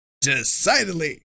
decidedly